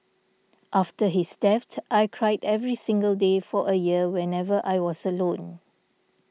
after his death I cried every single day for a year whenever I was alone